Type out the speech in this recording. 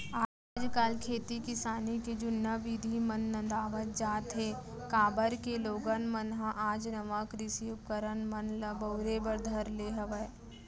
आज काल खेती किसानी के जुन्ना बिधि मन नंदावत जात हें, काबर के लोगन मन ह आज नवा कृषि उपकरन मन ल बउरे बर धर ले हवय